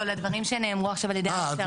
לא, לדברים שנאמרו עכשיו על ידי המשטרה.